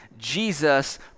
Jesus